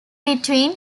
between